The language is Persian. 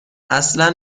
اصلا